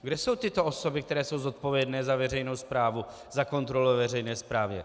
Kde jsou tyto osoby, které jsou zodpovědné za veřejnou správu, za kontrolu veřejné správy?